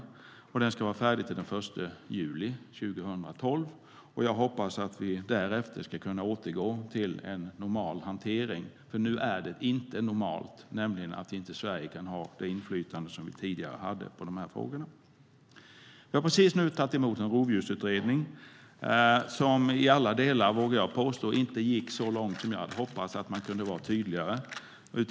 Den ska vara färdig till den 1 juli 2012. Jag hoppas att vi därefter kan återgå till en normal hantering, för det är inte normalt att Sverige inte har det inflytande vi tidigare hade i dessa frågor. Jag har precis tagit emot en rovdjursutredning som inte gick så långt som jag hade hoppats i alla delar. Man hade kunnat vara tydligare.